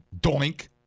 doink